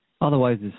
Otherwise